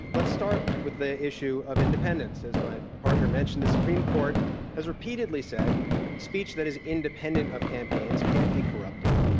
let's start with the issue of independence. as my partner mentioned, the supreme court has repeatedly said that speech that is independent of campaigns can't be corrupting,